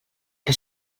que